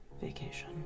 vacation